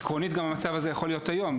עקרונית המצב הזה יכול להיות היום,